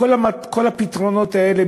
וכל הפתרונות האלה,